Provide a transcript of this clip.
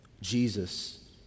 Jesus